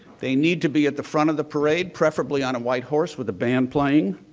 they need to be at the front of the parade, preferably on a white horse with a band playing.